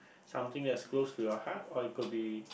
something that's close to your heart or it could be